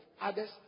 others